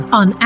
on